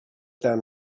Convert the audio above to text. them